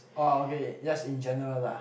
oh okay yes in general lah